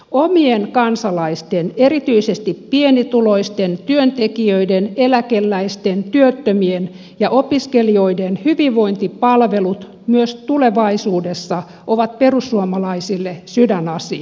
omien kansalaisten erityisesti pienituloisten työntekijöiden eläkeläisten työttömien ja opiskelijoiden hyvinvointipalvelut myös tulevaisuudessa ovat perussuomalaisille sydänasia